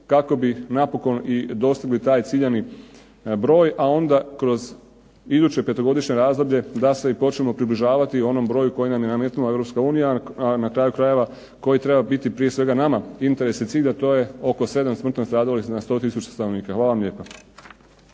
kako bi napokon dostigli taj ciljani broj. A onda kroz iduće petogodišnje razdoblje da se i počnemo približavati onom broju koji nam je nametnula Europska unija a na kraju krajeva koje treba biti prije svega nama interes i cilj a to je oko 7 smrtno stradalih na 100 tisuća stanovnika. Hvala vam lijepa.